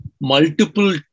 multiple